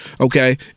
Okay